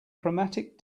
chromatic